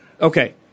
Okay